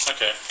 Okay